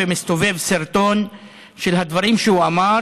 ומסתובב סרטון של הדברים שהוא אמר